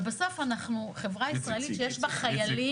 ובסוף, חברה ישראלית יש בה חיילים